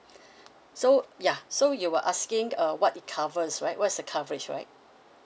so ya so you were asking uh what it covers right what is the coverage right